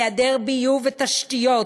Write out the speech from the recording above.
היעדר ביוב ותשתיות,